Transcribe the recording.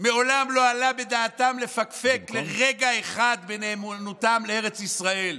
מעולם לא עלה בדעתם לפקפק לרגע אחד בנאמנותם לארץ ישראל,